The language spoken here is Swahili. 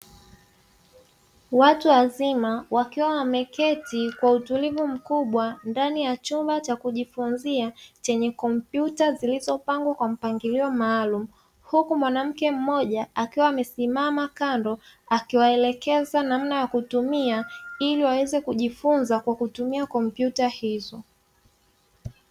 Watu wazima wakiwa wameketi kwa utulivu mkubwa ndani ya chumba cha kujifunzia, chenye kompyuta zilizopangwa kwa mpangilio maalumu; huku mwanamke mmoja akiwa amesimama kando, akiwaelekeza namna ya kutumia ili waweze kujifunza kwa kutumia kompyuta hizo.